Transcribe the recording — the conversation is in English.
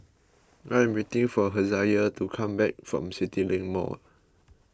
I am waiting for Hezekiah to come back from CityLink Mall